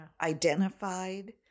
identified